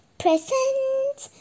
presents